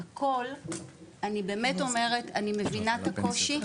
אני מבינה את הקושי,